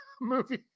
movie